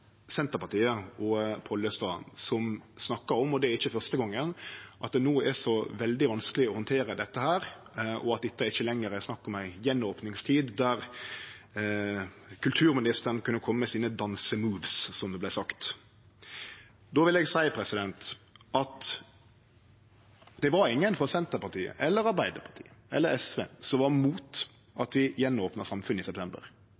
Pollestad, som snakka om – og det er ikkje første gongen – at det no er så veldig vanskeleg å handtere dette, og at det ikkje lenger er snakk om ei gjenopningstid der kulturministeren kunne kome med sine dansemoves, som det vart sagt. Då vil eg seie at det var ingen frå Senterpartiet, Arbeidarpartiet eller SV som var imot at vi gjenopna samfunnet i september.